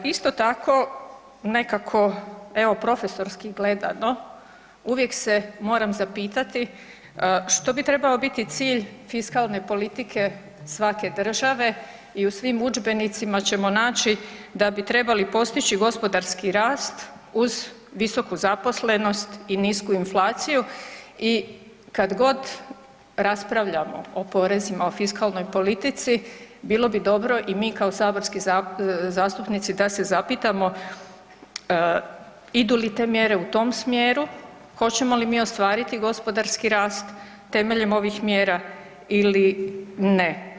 Isto tako nekako evo profesorski gledano uvijek se moram zapitati što bi trebao biti cilj fiskalne politike svake države i u svim udžbenicima ćemo naći da bi trebali postići gospodarski rast uz visoku zaposlenost i nisku inflaciju i kad god raspravljamo o porezima o fiskalnoj politici bilo bi dobro i mi kao saborski zastupnici da se zapitamo idu li te mjere u tom smjeru, hoćemo li mi ostvariti gospodarski rast temeljem ovih mjera ili ne.